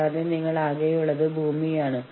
കൂടാതെ ആ കരാർ നടപ്പിലാക്കുന്നത് ഇങ്ങനെയാണ്